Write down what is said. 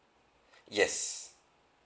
yes